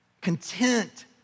content